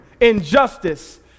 injustice